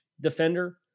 defender